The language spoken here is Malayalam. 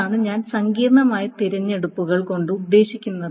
അതാണ് ഞാൻ സങ്കീർണ്ണമായ തിരഞ്ഞെടുപ്പുകൾ കൊണ്ട് ഉദ്ദേശിക്കുന്നത്